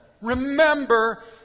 Remember